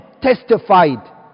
testified